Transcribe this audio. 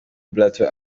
blatter